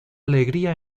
alegría